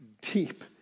deep